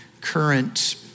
current